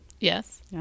Yes